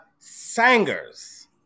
Sangers